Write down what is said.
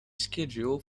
schedule